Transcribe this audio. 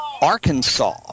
Arkansas